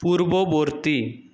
পূর্ববর্তী